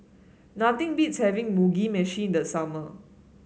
nothing beats having Mugi Meshi in the summer